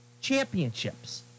championships